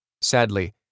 Sadly